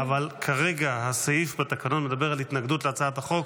-- אבל כרגע הסעיף בתקנון מדבר על התנגדות להצעת החוק.